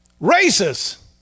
Racists